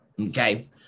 Okay